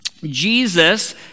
Jesus